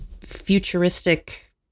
futuristic